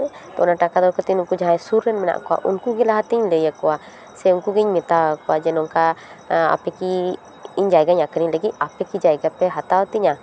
ᱛᱚ ᱴᱟᱠᱟ ᱫᱚᱨᱠᱟᱨ ᱛᱤᱧ ᱱᱩᱠᱩ ᱡᱟᱦᱟᱸᱭ ᱥᱩᱨ ᱨᱮᱱ ᱢᱮᱱᱟᱜ ᱠᱚᱣᱟ ᱩᱱᱠᱩ ᱜᱮ ᱞᱟᱦᱟᱛᱮᱧ ᱞᱟᱹᱭᱟᱠᱚᱣᱟ ᱥᱮ ᱩᱱᱠᱩᱜᱮᱧ ᱢᱮᱛᱟᱣᱟᱠᱚᱣᱟ ᱡᱮ ᱱᱚᱝᱠᱟ ᱟᱯᱮ ᱠᱤ ᱤᱧ ᱡᱟᱭᱜᱟᱧ ᱟᱹᱠᱷᱟᱨᱤᱧ ᱞᱟᱹᱜᱤᱫ ᱟᱯᱮ ᱠᱤ ᱡᱟᱭᱜᱟ ᱯᱮ ᱦᱟᱛᱟᱣ ᱛᱤᱧᱟᱹ